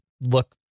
look